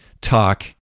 talk